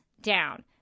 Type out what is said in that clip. down